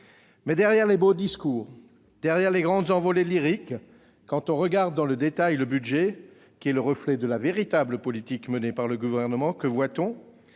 Mais, derrière les beaux discours, derrière les grandes envolées lyriques, quand on regarde dans le détail le budget, qui est le reflet de la véritable politique menée par le Gouvernement, que voit-on ?